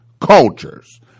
cultures